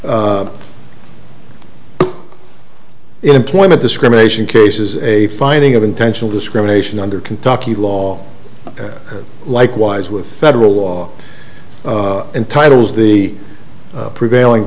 order in employment discrimination cases a finding of intentional discrimination under kentucky law likewise with federal law entitles the prevailing